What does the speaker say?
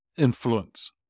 influence